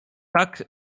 tak